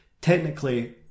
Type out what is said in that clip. technically